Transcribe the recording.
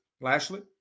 Lashley